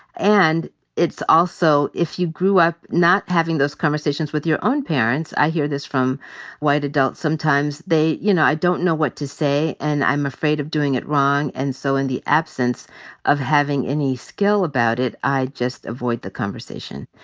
and it's also if you grew up not having those conversations with your own parents, i hear this from white adults sometimes, you know, i don't know what to say, and i'm afraid of doing it wrong. and so in the absence of having any skill about it, i just avoid the conversation.